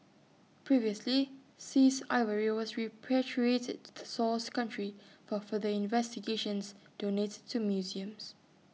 previously seized ivory was repatriated to the source country for further investigations donated to museums